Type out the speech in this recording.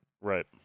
Right